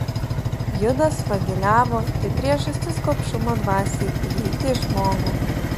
judas vagiliavo tai priežastis gobšumo dvasiai įeiti į žmogų